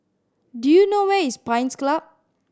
do you know where is Pines Club